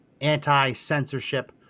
anti-censorship